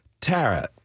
Tara